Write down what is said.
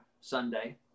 Sunday